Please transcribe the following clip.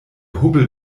hubbel